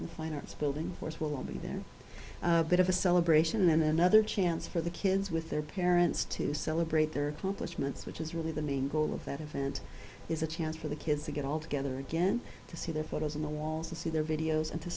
the fine arts building course will be there bit of a celebration then another chance for the kids with their parents to celebrate their accomplishments which is really the main goal of that event is a chance for the kids to get all together again to see their photos on the walls to see their videos and to